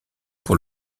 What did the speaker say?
pour